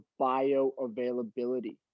bioavailability